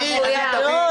תאומות.